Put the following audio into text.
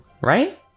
right